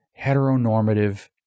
heteronormative